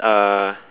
uh